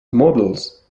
models